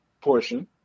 portion